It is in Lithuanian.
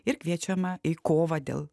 ir kviečiama į kovą dėl